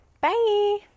Bye